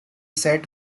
set